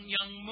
Young